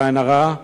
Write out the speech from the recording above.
בלי עין הרע,